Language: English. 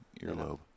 earlobe